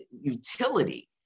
utility